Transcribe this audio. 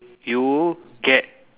you get